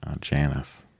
Janice